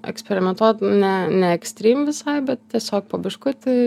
eksperimentuot ne ne ekstrym visai bet tiesiog po biškutį